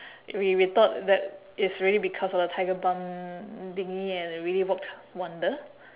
we we thought that it's really because of the tiger balm thingy and it really worked wonder